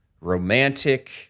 romantic